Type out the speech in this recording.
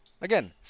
Again